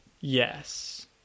Yes